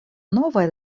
novaj